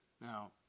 now